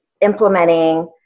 implementing